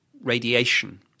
radiation